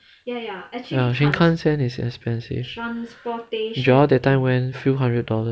ya shinkansen is expensive that time you all went few hundred dollars